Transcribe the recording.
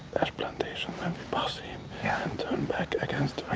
ash plantation and pass him and turn back against